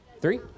Three